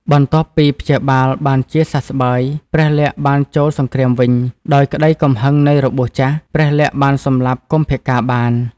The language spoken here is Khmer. បន្ទាប់ពីព្យាបាលបានជាសះស្បើយ ព្រះលក្សណ៍បានចូលសង្គ្រាមវិញ ដោយក្តីកំហឹងនៃរបួសចាស់ ព្រះលក្សណ៍បានសម្លាប់កុម្ភកាណ៍បាន។